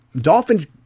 Dolphins